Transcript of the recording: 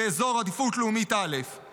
כאזור עדיפות לאומית א';